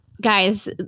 Guys